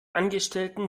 angestellten